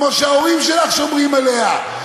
כמו שההורים שלךְ שומרים עליה,